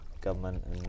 government